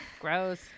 Gross